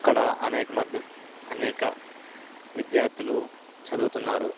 అక్కడ అనేక మధ్య అనేక విద్యార్థులు చదువుతున్నారు